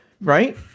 Right